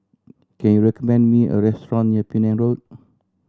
can you recommend me a restaurant near Penang Road